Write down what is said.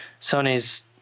Sony's